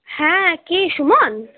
হ্যাঁ কে সুমন